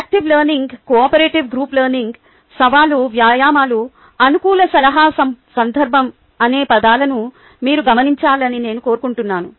active learning cooperative group learning సవాలు వ్యాయామాలు అనుకూల సలహా సందర్భం అనే పదాలను మీరు గమనించాలని నేను కోరుకుంటున్నాను